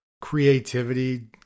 creativity